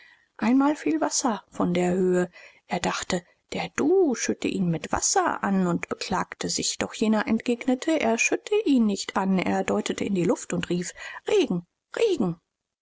einmal fiel wasser von der höhe er dachte der du schütte ihn mit wasser an und beklagte sich doch jener entgegnete er schütte ihn nicht an er deutete in die luft und rief regen regen